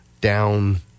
down